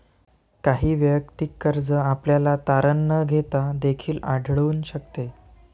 काही वैयक्तिक कर्ज आपल्याला तारण न घेता देखील आढळून शकते